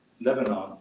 Lebanon